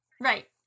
right